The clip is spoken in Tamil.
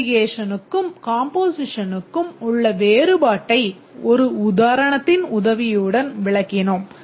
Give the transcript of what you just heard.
அக்ரிகேஷனுக்கும் காம்போசிஷனுக்கும் உள்ள வேறுபாட்டை ஒரு உதாரணத்தின் உதவியுடன் விளக்கினோம்